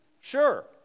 Sure